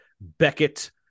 Beckett